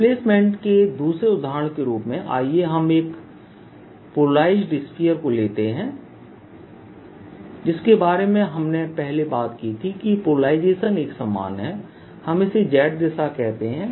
displacement के दूसरे उदाहरण के रूप में आइए हम एक पोलराइज स्फीयर को लेते हैं जिसके बारे में हमने पहले बात की थी कि पोलराइजेशन एक समान है और हम इसे Z दिशा कहते हैं